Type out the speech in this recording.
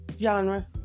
genre